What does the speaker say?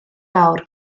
fawr